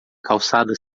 calçada